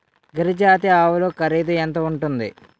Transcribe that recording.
గిరి జాతి ఆవులు ఖరీదు ఎంత ఉంటుంది?